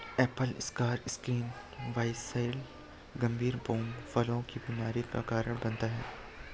Apple scar skin viroid गंभीर pome फलों की बीमारियों का कारण बनता है